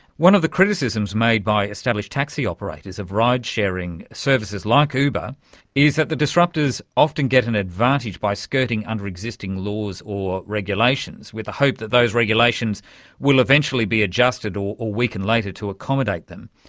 one of the criticisms made by established taxi operators of ridesharing services like uber is that the disruptors often get an advantage by skirting under existing laws or regulations with the hope that those regulations will eventually be adjusted or or weakened later to accommodate them.